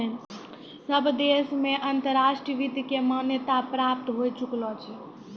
सब देश मे अंतर्राष्ट्रीय वित्त के मान्यता प्राप्त होए चुकलो छै